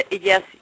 yes